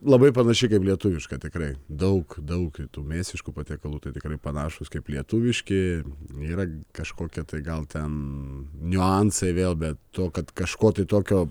labai panašiai kaip lietuviška tikrai daug daug tų mėsiškų patiekalų tai tikrai panašūs kaip lietuviški yra kažkokie tai gal ten niuansai vėl bet to kad kažko tokio